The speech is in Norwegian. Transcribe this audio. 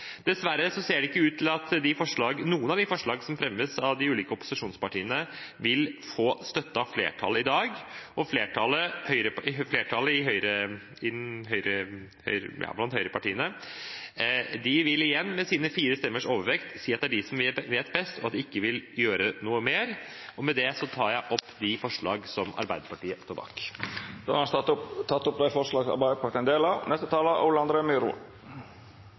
ser det ikke ut til at noen av de forslagene som fremmes av de ulike opposisjonspartiene, vil få støtte av flertallet i dag. Flertallet blant høyrepartiene vil igjen, med sine fire stemmers overvekt, si at det er de som vet best, og at de ikke vil gjøre noe mer. Med det tar jeg opp forslag nr. 5, fra Arbeiderpartiet og Senterpartiet. Representanten Åsmund Aukrust har teke opp det forslaget han viste til. Luftforurensning påvirker folks hverdag og helse, derom er det ingen tvil, og de fleste av